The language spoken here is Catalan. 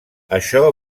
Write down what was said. això